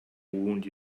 wound